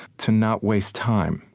to not waste time